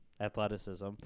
athleticism